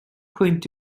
pwynt